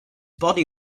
body